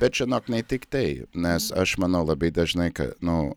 bet žinok ne tiktai nes aš manau labai dažnai ka nu